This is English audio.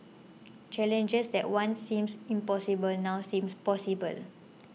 challenges that once seemed impossible now seem possible